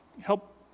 help